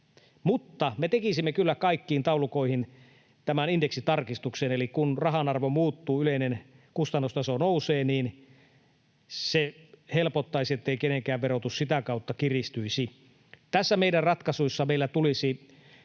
mutta me tekisimme kyllä kaikkiin taulukoihin tämän indeksitarkistuksen, niin että kun rahan arvo muuttuu, yleinen kustannustaso nousee, se helpottaisi, ettei kenenkään verotus sitä kautta kiristyisi. Tässä meidän ratkaisussamme meillä tulisi